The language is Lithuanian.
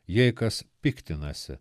jei kas piktinasi